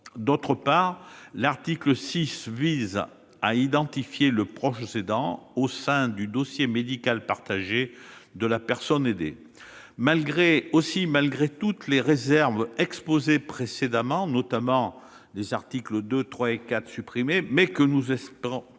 L'article 6, quant à lui, vise à identifier le proche aidant au sein du dossier médical partagé de la personne aidée. Aussi, malgré les réserves exposées précédemment, notamment sur les articles 2, 3 et 4 qui ont été supprimés, mais que nous espérons